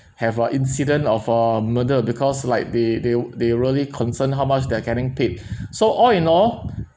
have a incident of uh murder because like they they w~ they really concerned how much they're getting paid so all in all